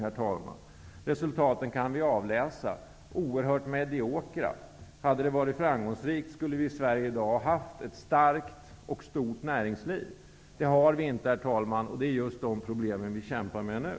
Resultaten kan vi avläsa: oerhört mediokra. Hade de varit framgångsrika skulle vi i Sverige i dag ha haft ett starkt och omfattande näringsliv. Det har vi inte, herr talman! Det är just dessa problem som vi kämpar med nu.